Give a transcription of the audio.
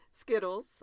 Skittles